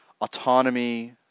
autonomy